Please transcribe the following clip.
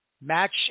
match